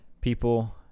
people